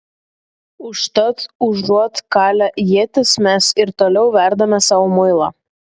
užtat užuot kalę ietis mes ir toliau verdame sau muilą